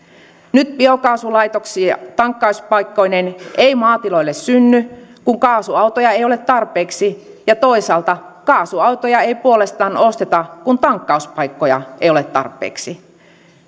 nyt biokaasulaitoksia tankkauspaikkoineen ei maatiloille synny kun kaasuautoja ei ole tarpeeksi ja toisaalta kaasuautoja ei puolestaan osteta kun tankkauspaikkoja ei ole tarpeeksi